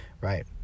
Right